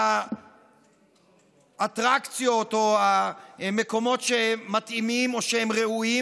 האטרקציות או המקומות שמתאימים או ראויים